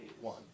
One